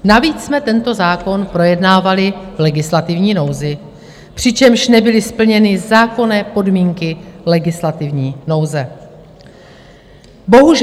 Navíc jsme tento zákon projednávali v legislativní nouzi, přičemž nebyly splněny zákonné podmínky legislativní nouze.